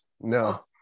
no